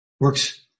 Works